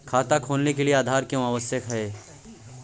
खाता खोलने के लिए आधार क्यो आवश्यक है?